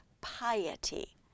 piety